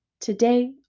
Today